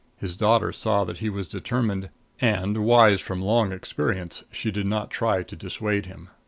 his daughter saw that he was determined and, wise from long experience, she did not try to dissuade him.